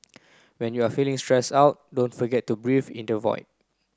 when you are feeling stressed out don't forget to breathe into void